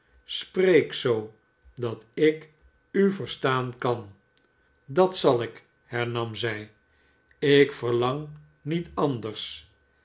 spreek zoo v dat ik u verstaan kan sdat zal ik hernam zij slk verlang niets anders